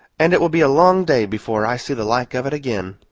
and it will be a long day before i see the like of it again.